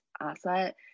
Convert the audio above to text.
asset